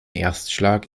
erstschlag